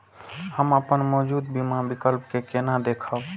हम अपन मौजूद बीमा विकल्प के केना देखब?